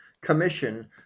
commission